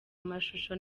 amashusho